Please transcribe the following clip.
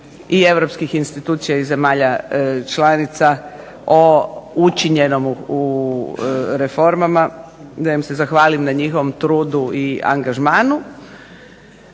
i europskih institucija i zemalja članica o učinjenom u reformama, da im se zahvalim na njihovom trudu i angažmanu.